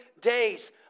days